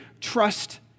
trust